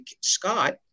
Scott